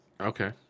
Okay